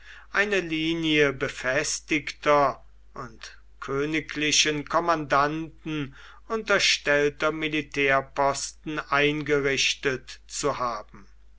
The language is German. eine linie befestigter und königlichen kommandanten unterstellter militärposten eingerichtet zu haben